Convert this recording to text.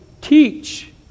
teach